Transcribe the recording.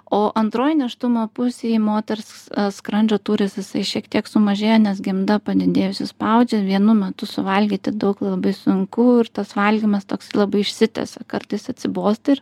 o antroj nėštumo pusėj moters skrandžio tūris jisai šiek tiek sumažėja nes gimda padidėjusi spaudžia vienu metu suvalgyti daug labai sunku ir tas valgymas toks labai išsitęsia kartais atsibosta ir